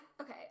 Okay